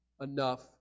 enough